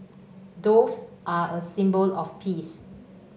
doves are a symbol of peace